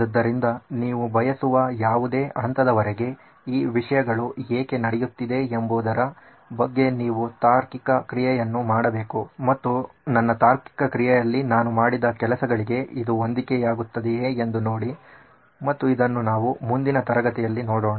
ಆದ್ದರಿಂದ ನೀವು ಬಯಸುವ ಯಾವುದೇ ಹಂತದವರೆಗೆ ಈ ವಿಷಯಗಳು ಏಕೆ ನಡೆಯುತ್ತಿದೆ ಎಂಬುದರ ಬಗ್ಗೆ ನೀವು ತಾರ್ಕಿಕ ಕ್ರಿಯೆಯನ್ನು ಮಾಡಬೇಕು ಮತ್ತು ನನ್ನ ತಾರ್ಕಿಕ ಕ್ರಿಯೆಯಲ್ಲಿ ನಾನು ಮಾಡಿದ ಕೆಲಸಗಳಿಗೆ ಇದು ಹೊಂದಿಕೆಯಾಗುತ್ತದೆಯೇ ಎಂದು ನೋಡಿ ಮತ್ತು ಇದನ್ನು ನಾವು ಮುಂದಿನ ತರಗತಿಯಲ್ಲಿ ನೋಡೋಣ